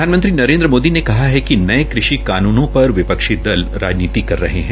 प्रधानमंत्री नरेन्द्र मोदी ने कहा है कि नये कषि कानूनों पर विपक्षी दल राजनीति कर रहे है